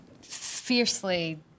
fiercely